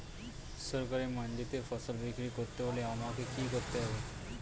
সরকারি মান্ডিতে ফসল বিক্রি করতে হলে আমাকে কি কি করতে হবে?